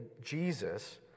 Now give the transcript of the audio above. Jesus